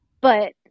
but-